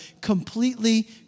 completely